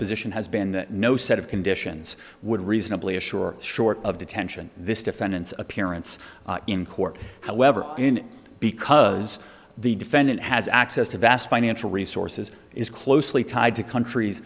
position has been no set of conditions would reasonably assure short of detention this defendant's appearance in court however in because the defendant has access to vast financial resources is closely tied to countries